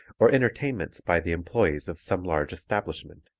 or entertainments by the employees of some large establishment.